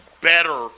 better